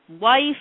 wife